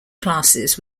classes